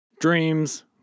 Dreams